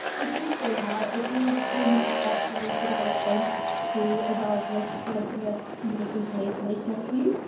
so please fill it out. it is in the chat box, and the direct link to as well as the the link to the community page for h s two.